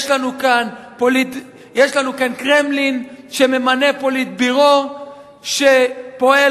יש לנו כאן קרמלין שממנה פוליטביורו שפועל